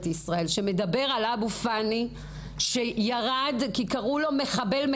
ישראל מדבר על אבו-פאני שירד כי קראו לו "מחבל",